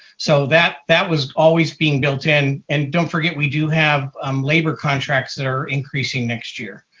so that that was always being built in. and don't forget, we do have um labor contracts that are increasing next year.